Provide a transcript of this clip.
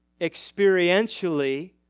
experientially